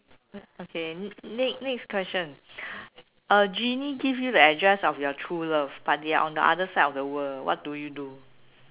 mm okay next next question a genie gives you the address of your true love but they are on the other side of the world what do you do